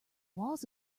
walls